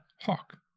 Hawk